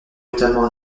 brutalement